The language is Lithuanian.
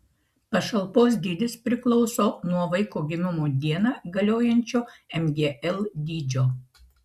pašalpos dydis priklauso nuo vaiko gimimo dieną galiojančio mgl dydžio